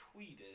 tweeted